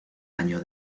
año